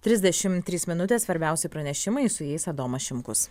trisdešimt trys minutės svarbiausi pranešimai su jais adomas šimkus